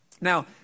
now